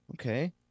Okay